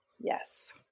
Yes